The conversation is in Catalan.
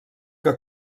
que